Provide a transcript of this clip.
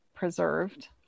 preserved